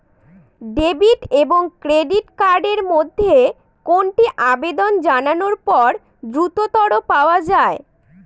Debit এবং credit card এর মধ্যে কোনটি আবেদন জানানোর পর দ্রুততর পাওয়া য়ায়?